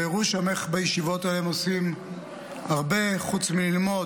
והראו שם איך בישיבות ההן עושים הרבה חוץ מללמוד.